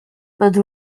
but